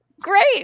Great